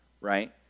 right